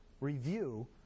review